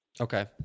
Okay